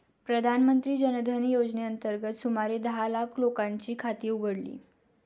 प्रधानमंत्री जन धन योजनेअंतर्गत सुमारे दहा लाख लोकांची खाती उघडली